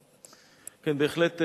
כן, בהחלט.